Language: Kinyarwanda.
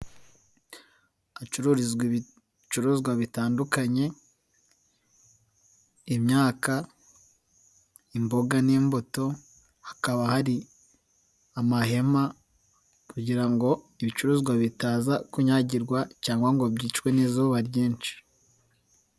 Ahacururizwa ibicuruzwa bitandukanye, imyaka, imboga n'imbuto, hakaba hari amahema kugira ngo ibicuruzwa bitaza kunyagirwa cyangwa ngo byicwe n'izuba ryinshi.